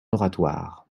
oratoire